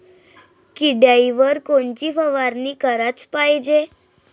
किड्याइवर कोनची फवारनी कराच पायजे?